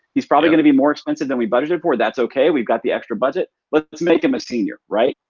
he's probably gonna be more expensive than we budgeted for. that's okay. we've got the extra budget. let's let's make him a senior. right?